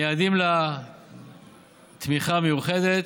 מייעדים לה תמיכה מיוחדת,